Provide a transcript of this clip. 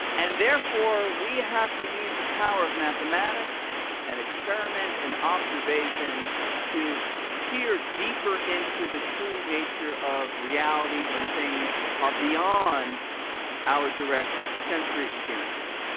and therefore we have to use the power of mathematics and experiment and observation to peer deeper into the true nature of reality when things are beyond our direct sensory experience.